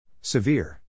Severe